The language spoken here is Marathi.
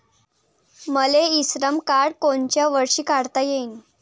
मले इ श्रम कार्ड कोनच्या वर्षी काढता येईन?